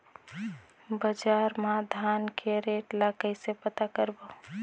बजार मा धान के रेट ला कइसे पता करबो?